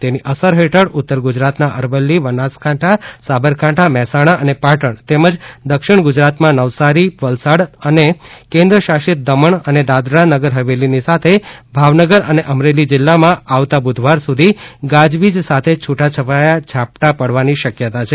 તેની અસર હેઠળ ઉત્તર ગુજરાતના અરવલ્લી સાબરકાંઠા મહેસાણા બનાસકાંઠા અને પાટણ તેમજ દક્ષિણ ગુજરાતમાં નવસારી અને વલસાડ તથા કેન્દ્ર શાસિત દમણ અને દાદરાનગર હવેલીની સાથે ભાવનગર અને અમરેલી જિલ્લામાં આવતા બુધવાર સુધી ગાજવીજ સાથે છુટાછવાયા ઝાપટા પડવાની શક્યતા છે